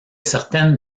certaines